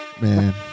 Man